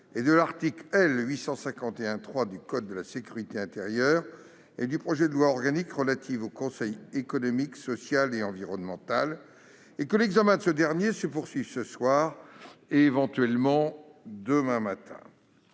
et de l'article L. 851-3 du code de la sécurité intérieure et du projet de loi organique relatif au Conseil économique social et environnemental, et que l'examen de ce dernier se poursuive ce soir et, éventuellement, demain matin.